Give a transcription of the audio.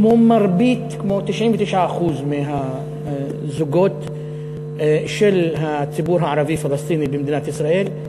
כמו 99% מהזוגות של הציבור הערבי-פלסטיני במדינת ישראל,